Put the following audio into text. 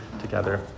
together